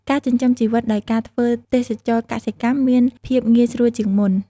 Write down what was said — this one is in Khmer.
ការចិញ្ចឹមជីវិតដោយការធ្វើទេសចរណ៍កសិកម្មមានភាពងាយស្រួលជាងមុន។